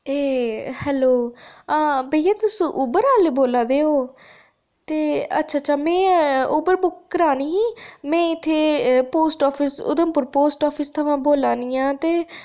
एह् होलो आं भाइया तुस उबर आह्ले बोला देओ ते अच्छा अच्छा में उबर बुक करानी ही में इत्थै post office Udhampur post office थमां बोलानियां ते